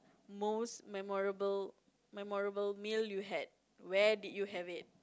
most memorable memorable meal you had where did you have it